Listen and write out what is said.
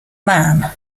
man